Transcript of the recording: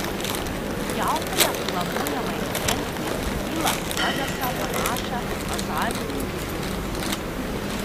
jaltoje planuojama įrengti į las vegasą panašią azartinių žaidimų sostinę